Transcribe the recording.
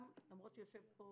גם למרות שיושב פה